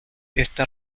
esa